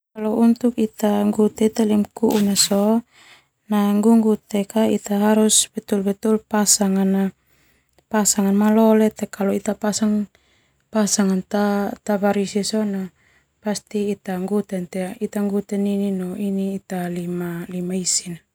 Ita harus pasang malole kalo ita pasang ta barisi sona ita ngguten te nini no ita lima isina.